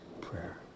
prayer